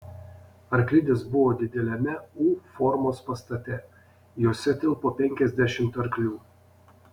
arklidės buvo dideliame u formos pastate jose tilpo penkiasdešimt arklių